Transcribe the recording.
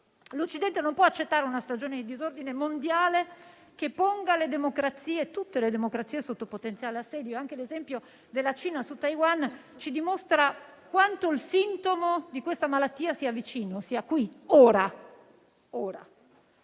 L'Occidente non può accettare una stagione di disordine mondiale che ponga tutte le democrazie sotto potenziale assedio. Lo stesso esempio della Cina su Taiwan si dimostra quanto il sintomo di questa malattia sia vicino, sia qui, ora.